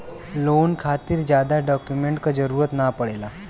loan खातिर जादा document क जरुरत न पड़ेला